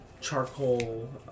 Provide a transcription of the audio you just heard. charcoal